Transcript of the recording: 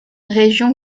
région